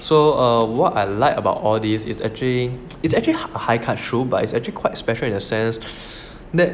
so err what I like about all these is actually is actually high cut shoe but it's actually quite special in a sense that